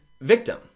victim